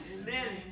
amen